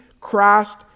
Christ